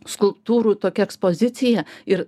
skulptūrų tokia ekspozicija ir